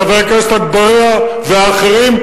חבר הכנסת אגבאריה ואחרים.